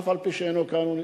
אף-על-פי שכבודו אינו,